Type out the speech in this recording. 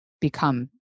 become